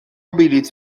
بلیط